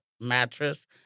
mattress